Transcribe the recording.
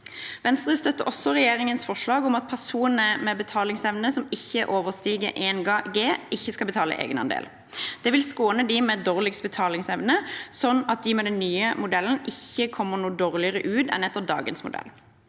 Venstre støtter også regjeringens forslag om at personer med betalingsevne som ikke overstiger 1 G, ikke skal betale egenandel. Det vil skåne dem med dårligst betalingsevne, slik at de med den nye modellen ikke kommer noe dårligere ut enn med dagens modell.